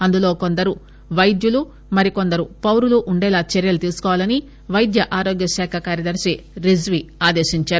అందులో కొందరు వైద్యులు మరి కొందరుపౌరులు ఉండేలా చర్యలు తీసుకోవాలని వైద్య ఆరోగ్య శాఖ కార్యదర్శి రిజ్వీ ఆదేశించారు